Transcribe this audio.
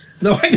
No